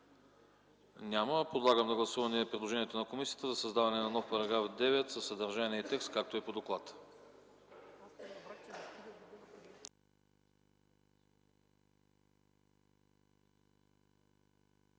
Няма. Подлагам на гласуване предложението на комисията за създаване на нов § 9 със съдържание и текст, както е по доклада.